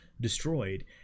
destroyed